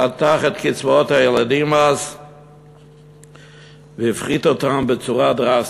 חתך את קצבאות הילדים אז והפחית אותן בצורה דרסטית.